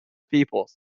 peoples